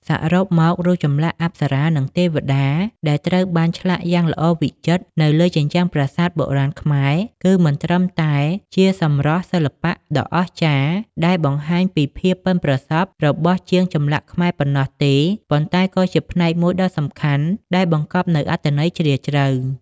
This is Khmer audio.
សរុបមក រូបចម្លាក់ អប្សរានិង ទេវតា ដែលត្រូវបានឆ្លាក់យ៉ាងល្អវិចិត្រនៅលើជញ្ជាំងប្រាសាទបុរាណខ្មែរ គឺមិនត្រឹមតែជា សម្រស់សិល្បៈដ៏អស្ចារ្យ ដែលបង្ហាញពីភាពប៉ិនប្រសប់របស់ជាងចម្លាក់ខ្មែរប៉ុណ្ណោះទេ ប៉ុន្តែក៏ជាផ្នែកមួយដ៏សំខាន់ ដែលបង្កប់នូវអត្ថន័យជ្រាលជ្រៅ។